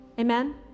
Amen